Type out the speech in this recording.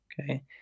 Okay